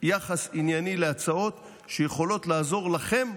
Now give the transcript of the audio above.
יחס ענייני להצעות שיכולות לעזור לכם,